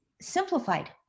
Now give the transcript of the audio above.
simplified